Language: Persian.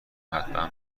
حتما